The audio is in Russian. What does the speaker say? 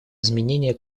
изменение